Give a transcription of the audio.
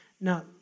Now